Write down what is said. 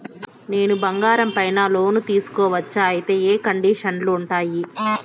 నేను బంగారం పైన లోను తీసుకోవచ్చా? అయితే ఏ కండిషన్లు ఉంటాయి?